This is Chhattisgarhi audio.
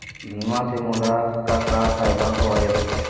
बीमा से मोला का का फायदा हवए?